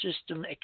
system